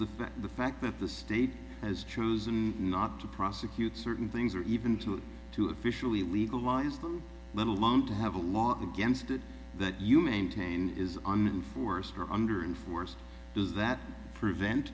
but the fact that the state has chosen not to prosecute certain things or even to it to officially legalize them let alone to have a law against it that you maintain is and force her under and force does that prevent